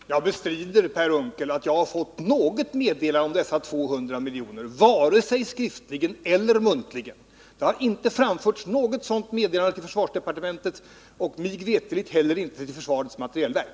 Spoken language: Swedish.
Herr talman! Jag bestrider, Per Unckel, att jag fått något meddelande om dessa 200 miljoner. Jag har inte fått något sådant vare sig skriftligen eller muntligen. Det har inte framförts något sådant meddelande till försvarsdepartementet och mig veterligt inte heller till försvarets materielverk.